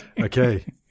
okay